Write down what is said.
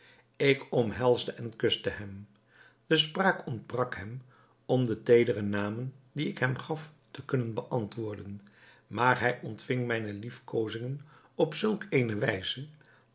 ik omhelsde en kuste hem de spraak ontbrak hem om de teedere namen die ik hem gaf te kunnen beantwoorden maar hij ontving mijne liefkozingen op zulk eene wijze